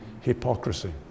hypocrisy